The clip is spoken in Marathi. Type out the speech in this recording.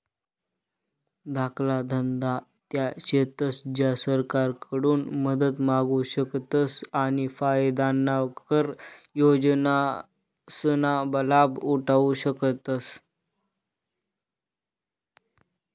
धाकला धंदा त्या शेतस ज्या सरकारकडून मदत मांगू शकतस आणि फायदाना कर योजनासना लाभ उठावु शकतस